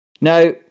Now